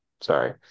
Sorry